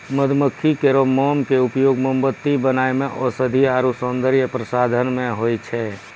मधुमक्खी केरो मोम क उपयोग मोमबत्ती बनाय म औषधीय आरु सौंदर्य प्रसाधन म होय छै